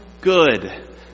good